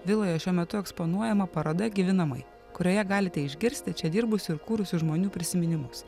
viloje šiuo metu eksponuojama paroda gyvi namai kurioje galite išgirsti čia dirbusių ir kūrusių žmonių prisiminimus